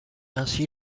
ainsi